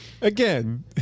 Again